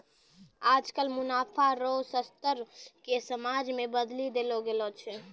आजकल मुनाफा रो स्तर के समाज मे बदली देल गेलो छै